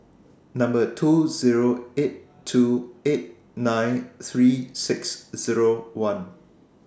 two Zero eight two eight nine three six Zero one